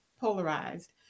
polarized